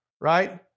right